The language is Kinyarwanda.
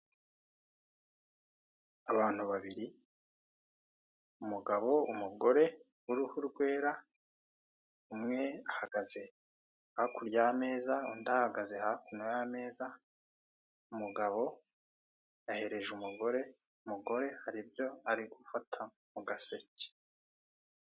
Abantu babiri, umugabo, umugore w'uruhu rwera, umwe ahagaze hakurya y'ameza, undi ahagaze hakuno y'ameza, umugabo ahereje umugore, umugore hari ibyo ari gufata mu gaseke.